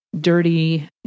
dirty